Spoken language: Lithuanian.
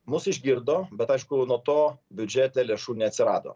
mus išgirdo bet aišku nuo to biudžete lėšų neatsirado